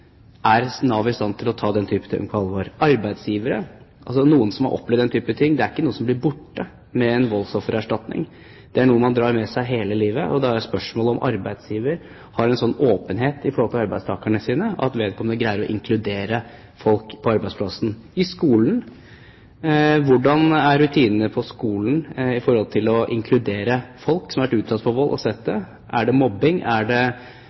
Er Nav i stand til å ta denne type ting på alvor? Og arbeidsgivere: For dem som har opplevd den type ting, er ikke det noe som blir borte med en voldsoffererstatning, det er noe man drar med seg hele livet, og da er spørsmålet om arbeidsgiver har en slik åpenhet overfor arbeidstakerne sine at vedkommende greier å inkludere folk på arbeidsplassen. Og i skolen: Hvordan er rutinene på skolen for å inkludere folk som har vært utsatt for vold og sett det? Er det mobbing? Er det